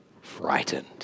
frightened